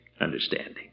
understanding